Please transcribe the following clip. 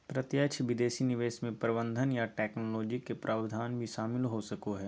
प्रत्यक्ष विदेशी निवेश मे प्रबंधन या टैक्नोलॉजी के प्रावधान भी शामिल हो सको हय